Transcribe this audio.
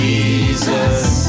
Jesus